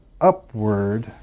upward